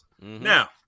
Now